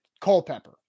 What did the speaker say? Culpepper